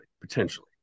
potentially